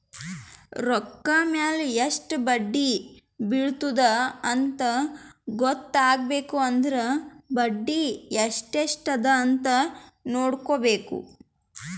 ರೊಕ್ಕಾ ಮ್ಯಾಲ ಎಸ್ಟ್ ಬಡ್ಡಿ ಬಿಳತ್ತುದ ಅಂತ್ ಗೊತ್ತ ಆಗ್ಬೇಕು ಅಂದುರ್ ಬಡ್ಡಿ ಎಸ್ಟ್ ಎಸ್ಟ್ ಅದ ಅಂತ್ ನೊಡ್ಕೋಬೇಕ್